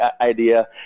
idea